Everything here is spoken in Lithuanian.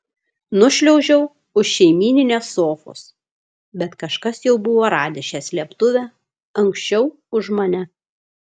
nušliaužiau už šeimyninės sofos bet kažkas jau buvo radęs šią slėptuvę anksčiau už mane